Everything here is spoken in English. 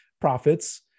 profits